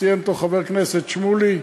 ציין זאת חבר הכנסת שמולי.